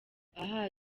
aha